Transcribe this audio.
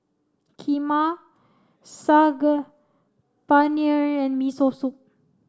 Kheema Saag Paneer and Miso Soup